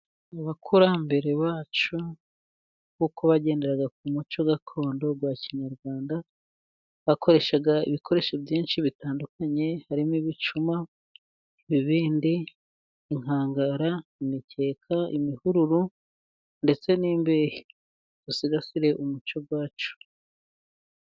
Abakurambere bacu kuko bagenderaga ku muco gakondo wa kinyarwanda, bakoreshaga ibikoresho byinshi bitandukanye, harimo ibicuma, ibibindi, inkangara, imikeka, imihuru, ndetse n'imbehe, dusigasire umuco wacu.